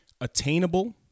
attainable